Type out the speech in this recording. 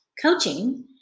coaching